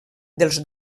dels